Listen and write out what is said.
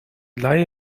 leihe